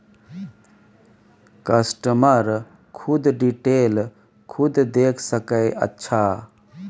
customer खुद detail खुद देख सके अच्छा